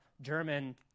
German